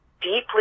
deeply